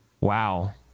Wow